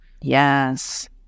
Yes